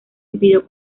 impidió